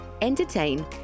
entertain